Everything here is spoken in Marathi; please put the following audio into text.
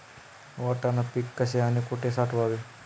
वाटाणा पीक कसे आणि कुठे साठवावे?